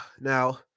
now